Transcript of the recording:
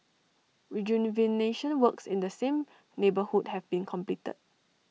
rejuvenation works in the same neighbourhood have been completed